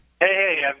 Hey